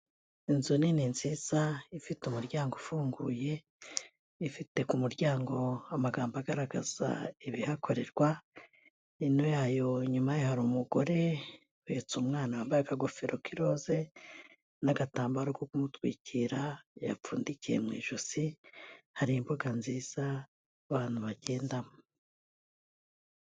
Inzu nini nziza ifite umuryango ufunguye, ifite ku muryango amagambo agaragaza ibihakorerwa, hino yayo inyuma hari umugore uhetse umwana wambaye akagofero k'iroze n'agatambaro ko kumutwikira yapfundikiye mu ijosi, hari imbuga nziza abantu bagendamo.